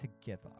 together